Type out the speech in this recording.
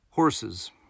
Horses